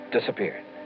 Disappeared